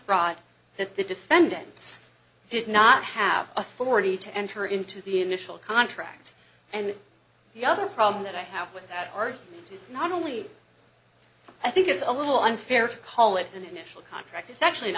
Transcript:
fraud that the defendants did not have authority to enter into the initial contract and the other problem that i have with that are not only i think it's a little unfair to call it an initial contract it's actually an